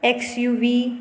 XUV